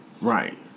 right